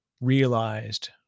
realized